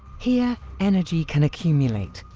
here energy can accumulate,